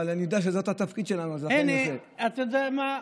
אבל אני יודע שזה התפקיד שלנו ולכן אתה יודע מה?